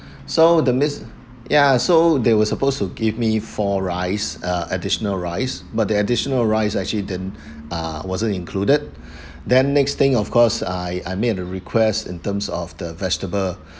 so the mis~ ya so there were supposed to give me four rice uh additional rice but the additional rice actually didn't ah wasn't included then next thing of course I I made a request in terms of the vegetable